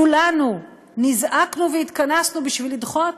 כולנו נזעקנו והתכנסנו בשביל לדחות